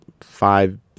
five